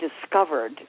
discovered